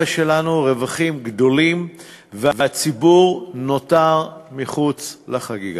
שלנו רווחים גדולים והציבור נותר מחוץ לחגיגה.